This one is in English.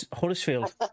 Huddersfield